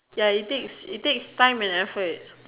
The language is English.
ya it takes it takes time and effort